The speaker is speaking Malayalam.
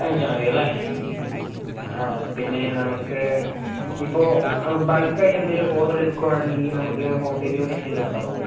അയച്ചാൽ മതിയല്ലേ ആ പിന്നെ നമുക്ക് ഇപ്പോൾ ബൾക്കായിട്ട് എന്തെങ്കിലും ഓർഡർ എടുക്കുകയാണെങ്കിൽ നമുക്ക് ഹോം ഡെലിവെറി എന്തെങ്കിലും ഉണ്ടാകുമോ